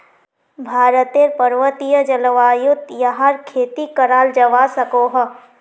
भारतेर पर्वतिये जल्वायुत याहर खेती कराल जावा सकोह